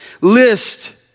list